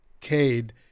Cade